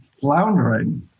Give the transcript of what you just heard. floundering